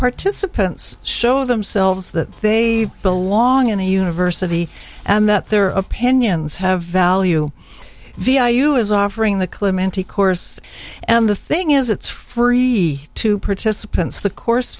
participants show themselves that they belong in a university and that their opinions have value vi you is offering the clemente course and the thing is it's free to participants the course